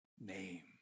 name